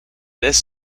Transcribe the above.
this